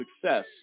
success